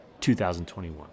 2021